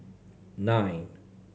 nine